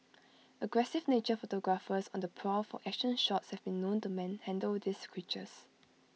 aggressive nature photographers on the prowl for action shots have been known to manhandle these creatures